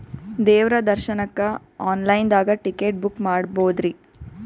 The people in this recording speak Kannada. ದೇವ್ರ ದರ್ಶನಕ್ಕ ಆನ್ ಲೈನ್ ದಾಗ ಟಿಕೆಟ ಬುಕ್ಕ ಮಾಡ್ಬೊದ್ರಿ?